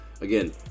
again